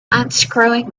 unscrewing